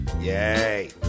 Yay